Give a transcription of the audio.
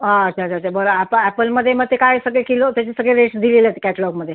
आं अच्छा अच्छा अच्छा बरं आपा अॅपलमध्ये मग ते काय सगळे किलो त्याचे सगळे रेट्स दिलेले असतील कॅटलॉगमध्ये